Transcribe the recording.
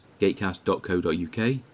gatecast.co.uk